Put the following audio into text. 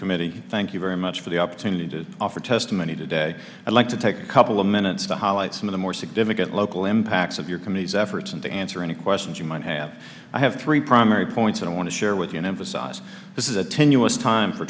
committee thank you very much for the opportunity to offer testimony today i'd like to take a couple of minutes to highlight some of the more significant local impacts of your committee's efforts and to answer any questions you might have i have three primary points and i want to share with you and emphasize this is a tenuous time for